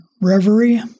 Reverie